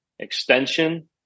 extension